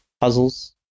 puzzles